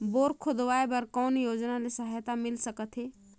Bore खोदवाय बर कौन योजना ले सहायता मिल सकथे?